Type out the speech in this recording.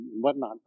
whatnot